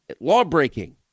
law-breaking